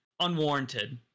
unwarranted